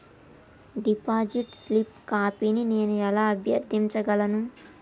Deposit slip కాపీని నేను ఎలా అభ్యర్థించగలను?